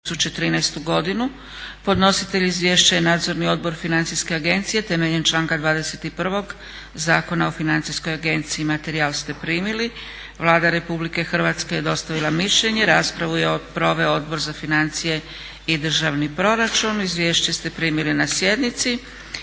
za 2013.godinu. Podnositelj izvješća je Nadzorni odbor Financijske agencije temeljem članka 21. Zakona o Financijskoj agenciji. Materijal ste primili. Vlada RH je dostavila mišljenje. Raspravu je proveo Odbor za financije i državni proračun. Izvješće ste primili na sjednici.